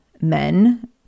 men